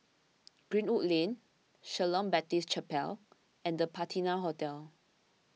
Greenwood Lane Shalom Baptist Chapel and the Patina Hotel